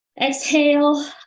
Exhale